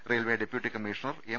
railway deputy commissioner M